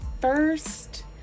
first